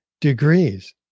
degrees